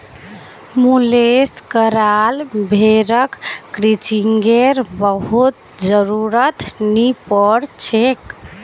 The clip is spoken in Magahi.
मुलेस कराल भेड़क क्रचिंगेर बहुत जरुरत नी पोर छेक